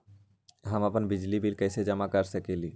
हम अपन बिजली बिल कैसे जमा कर सकेली?